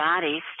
bodies